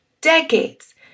Decades